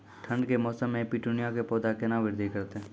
ठंड के मौसम मे पिटूनिया के पौधा केना बृद्धि करतै?